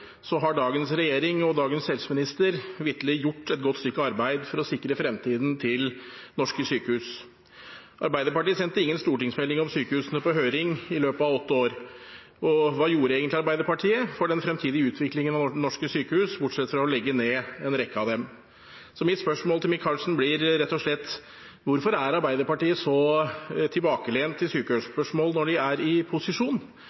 har dagens regjering og dagens helseminister vitterlig gjort et godt stykke arbeid for å sikre fremtiden til norske sykehus. Arbeiderpartiet sendte ingen stortingsmelding om sykehusene på høring i løpet av åtte år. Og hva gjorde egentlig Arbeiderpartiet for den fremtidige utviklingen av norske sykehus, bortsett fra å legge ned en rekke av dem? Så mitt spørsmål til Micaelsen blir rett og slett: Hvorfor er Arbeiderpartiet så tilbakelent i sykehusspørsmålet når de er i posisjon,